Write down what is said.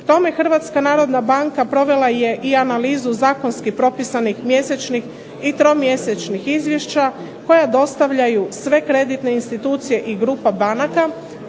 tome Hrvatska narodna banka provela je i analizu zakonski propisanih mjesečnih i tromjesečnih izvješća koja dostavljaju sve kreditne institucije i grupe banaka,